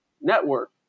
network